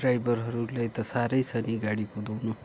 ड्राइभरहरूलाई त साह्रै छ नि गाडी कुदाउनु